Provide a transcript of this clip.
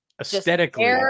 aesthetically